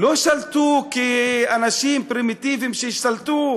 לא שלטו כאנשים פרימיטיביים שהשתלטו,